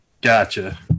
Gotcha